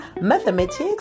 mathematics